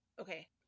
Okay